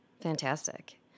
Fantastic